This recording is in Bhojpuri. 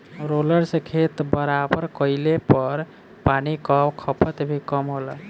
रोलर से खेत बराबर कइले पर पानी कअ खपत भी कम होला